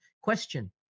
Question